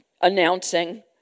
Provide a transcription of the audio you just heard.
announcing